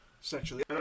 sexually